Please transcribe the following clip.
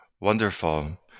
Wonderful